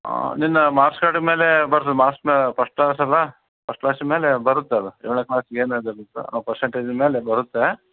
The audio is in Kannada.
ನಿನ್ನ ಮಾರ್ಕ್ಸ್ ಕಾರ್ಡಿನ ಮೇಲೆ ಬರ್ತದೆ ಮಾರ್ಕ್ಸ್ ಮೆ ಪಸ್ಟ್ ಕ್ಲಾಸ್ ಅಲ್ಲ ಪಸ್ಟ್ ಕ್ಲಾಸಿನ ಮೇಲೆ ಬರುತ್ತೆ ಅದು ಏಳನೇ ಕ್ಲಾಸ್ಗೆ ಏನು ಆ ಪರ್ಸೆಂಟೇಜಿನ ಮೇಲೆ ಬರುತ್ತೆ